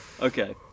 Okay